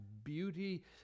beauty